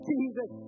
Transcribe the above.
Jesus